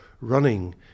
running